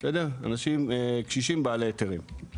אנשים קשישים בעלי היתרים.